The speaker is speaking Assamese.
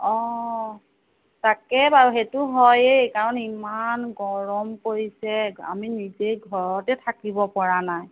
অঁ তাকে বাৰু সেইটো হয়েই কাৰণ ইমান গৰম পৰিছে আমি নিজেই ঘৰতে থাকিব পৰা নাই